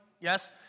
Yes